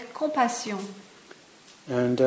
compassion